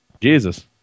Jesus